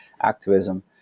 activism